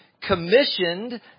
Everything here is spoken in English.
commissioned